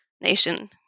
nation